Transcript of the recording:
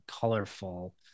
colorful